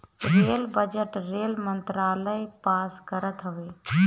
rail budget rail मंत्रालय pass करत हवे